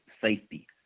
safety